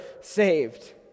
saved